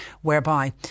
whereby